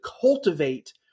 cultivate